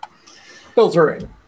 Filtering